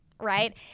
right